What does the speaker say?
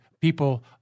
people